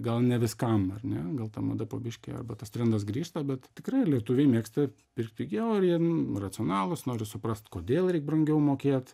gal ne viskam ar ne gal ta mada po biškį arba tas trendas grįšta bet tikrai lietuviai mėgsta pirkt pigiau ir jie racionalūs noriu suprast kodėl reik brangiau mokėt